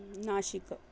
नाशिका